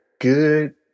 good